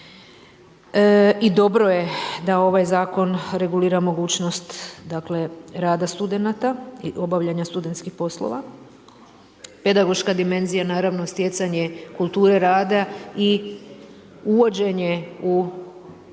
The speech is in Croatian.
i dobro je da ovaj zakon regulira mogućnost rada studenata i obavljanja studentskih poslova. Pedagoška dimenzija, naravno stjecanje kulture rada i uvođenje na